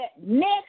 next